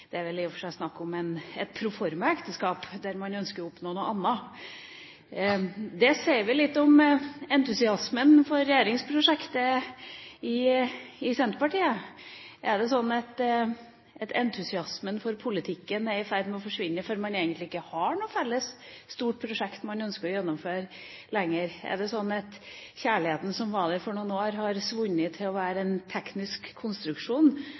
i og for seg snakk om et proforma ekteskap der man ønsker å oppnå noe annet. Det sier litt om entusiasmen for regjeringsprosjektet i Senterpartiet. Er det sånn at entusiasmen for politikken er i ferd med å forsvinne fordi man egentlig ikke har noe felles stort prosjekt man ønsker å gjennomføre lenger? Er det sånn at kjærligheten som var der i noen år, har svunnet hen og blitt en teknisk konstruksjon?